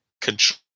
control